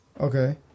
Okay